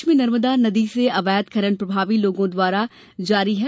प्रदेश में नर्मदा नदी से अवैध खनन प्रभावी लोगों द्वारा जारी है